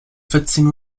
vierzehn